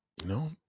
No